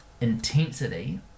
intensity